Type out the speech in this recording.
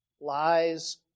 lies